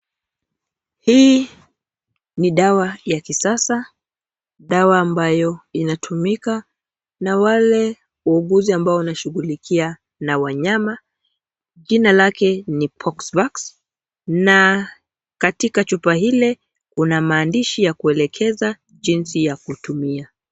Hii ni dawa ya kisasa, dawa ambayo inatumika na wale wauguzi ambayo wanashughulikia na wanyama, jina lake ni poksvax na katika chupa hile una maandishi ya kuelekeza jinsi ya kutumia